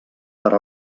per